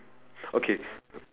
okay